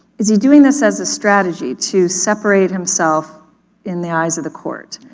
is he doing this as a strategy to separate himself in the eyes of the court?